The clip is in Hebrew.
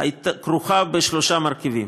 כרוכה בשלושה מרכיבים: